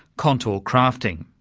contour crafting,